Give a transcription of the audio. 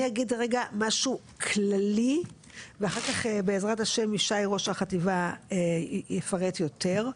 אני אגיד רגע משהו כללי ואחר כך בעזרת ה' ישי ראש החטיבה יפרט יותר.